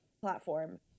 platform